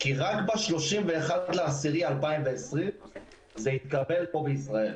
כי רק ב-31.10.2020 זה התקבל פה בישראל.